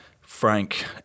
Frank